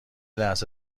لحظه